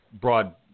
broad